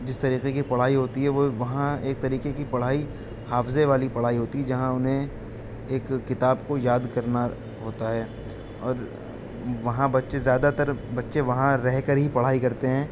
جس طریقے کی پڑھائی ہوتی ہے وہ وہاں ایک طریقے کی پڑھائی حافظے والی پڑھائی ہوتی ہے جہاں انہیں ایک کتاب کو یاد کرنا ہوتا ہے اور وہاں بچے زیادہ تر بچے وہاں رہ کر ہی پڑھائی کرتے ہیں